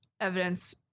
evidence